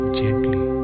gently